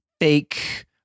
fake